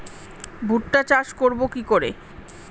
ভুট্টা চাষ করব কি করে?